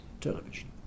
television